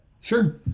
Sure